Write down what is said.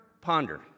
ponder